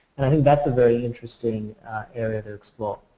and i think thatis a very interesting area to explore.